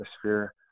atmosphere